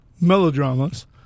melodramas